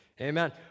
Amen